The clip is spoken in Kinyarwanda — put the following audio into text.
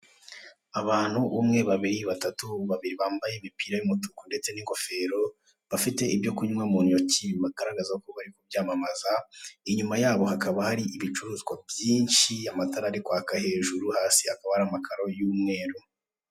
Abantu, umwe, babiri, batatu, babiri bambaye imipira y'umutuku ndetse n'ingofero, bafite ibyo kunywa mu ntoki bagaragaza ko bari kubyamamaza, inyuma yabo hakaba hari ibicuruzwa byinshi, amatara ari kwaka hejuru, hasi hakaba hari amakaro y'umweru.